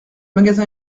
magasin